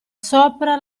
sopra